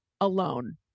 alone